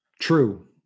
True